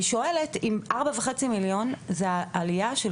אני שואלת אם 4.5 מיליון זאת עלייה של